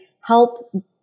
help